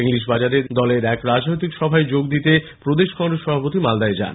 ইংলিশবাজার শহরে দলের এক রাজনৈতিক সভায় যোগ দিতে প্রদেশ কংগ্রেস সভাপতি মালদায় যান